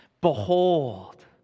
Behold